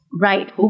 Right